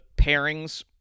pairings